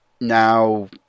now